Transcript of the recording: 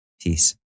Peace